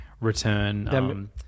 return